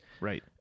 Right